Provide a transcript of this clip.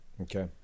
Okay